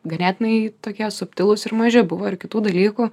ganėtinai tokie subtilūs ir maži buvo ir kitų dalykų